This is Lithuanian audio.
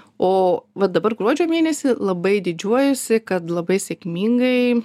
o vat dabar gruodžio mėnesį labai didžiuojuosi kad labai sėkmingai